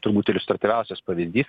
turbūt iliustratyviausias pavyzdys